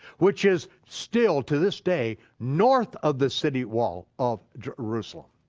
which is still to this day north of the city wall of jerusalem.